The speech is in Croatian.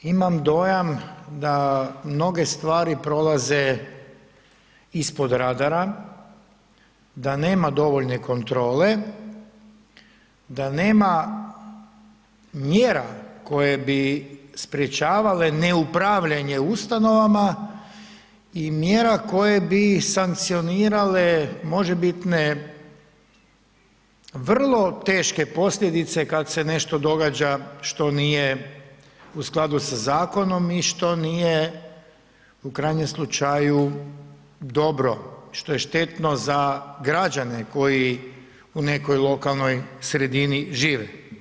Imamo dojam da mnoge stvari prolaze ispod radara, da nema dovoljne kontrole, da nema mjera koje bi sprečavale neupravljanje ustanovama i mjerama koje bi sankcionirale možebitne vrlo teške posljedice kada se nešto događa u skladu sa zakonom i što nije u krajnjem slučaju dobro, što je štetno za građane koji u nekoj lokalnoj sredini žive.